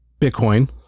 Bitcoin